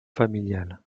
familiale